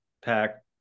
pack